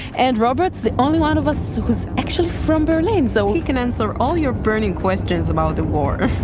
and roberts, the only one of us was actually from berlin. so he can answer all your burning questions about the war.